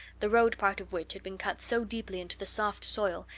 the road part of which had been cut so deeply into the soft soil,